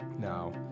Now